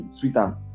Twitter